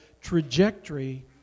trajectory